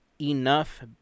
enough